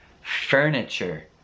furniture